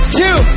two